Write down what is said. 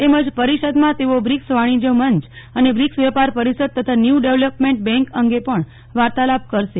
તેમજ પરિષદમાં તેઓ બ્રિક્સ વાણિજ્ય મંચ અને બ્રિક્સ વેપાર પરિષદ તથા ન્યુ ડેવલોપમેન્ટ બેન્ક અંગે પણ વાર્તાલાપ કરશે